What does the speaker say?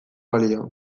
balio